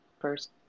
First